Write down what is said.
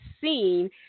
seen